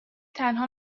تنها